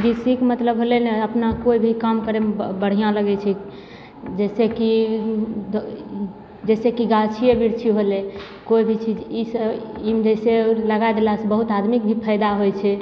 कृषिके मतलब भेलै ने अपना कोइ भी काम करैमे बढ़िआँ लगै छै जइसेकि जइसेकि गाछिए बिरछी होलै कोइ भी चीज ई तऽ ईसब जइसे लगा देलासे बहुत आदमीके भी फायदा होइ छै